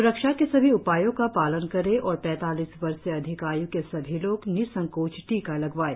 स्रक्षा के सभी उपायों का पालन करें और पैतालीस वर्ष से अधिक आयु के सभी लोग निसंकोच टीका लगवाएं